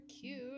cute